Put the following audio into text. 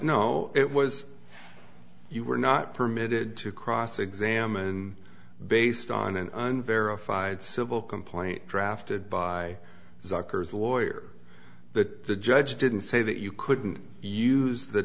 no it was you were not permitted to cross examine based on an unverified civil complaint drafted by zucker's lawyer the the judge didn't say that you couldn't use the